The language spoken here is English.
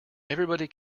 everybody